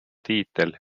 tiitel